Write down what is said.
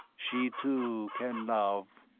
she, too, can love.